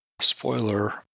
Spoiler